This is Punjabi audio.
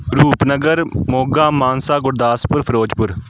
ਰੂਪਨਗਰ ਮੋਗਾ ਮਾਨਸਾ ਗੁਰਦਾਸਪੁਰ ਫਿਰੋਜ਼ਪੁਰ